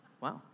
Wow